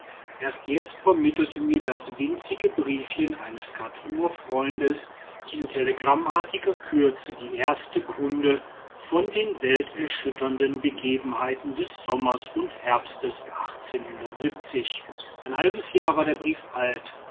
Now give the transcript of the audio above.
erst jetzt vermittelte mir das winzige briefchen eines chartumer freundes in telegrammartiger kürze die erste kunde von den welterschütternden begebenheiten des sommers und herbstes ein halbes jahr war dieser brief alt